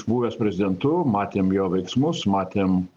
buvęs prezidentu matėm jo veiksmus matėm